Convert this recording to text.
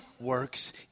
works